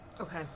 okay